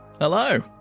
hello